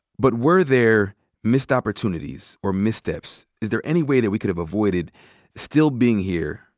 but were there missed opportunities or missteps? is there any way that we could have avoided still being here?